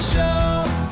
Show